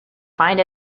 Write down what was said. find